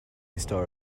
star